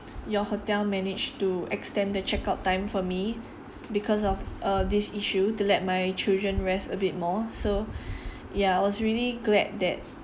your hotel managed to extend the checkout time for me because of uh this issue to let my children rest a bit more so ya I was really glad that